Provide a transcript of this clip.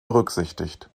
berücksichtigt